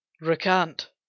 Recant